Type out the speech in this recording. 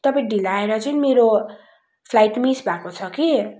तपाईँ ढिलो आएर चाहिँ मेरो फ्लाइट मिस भएको छ कि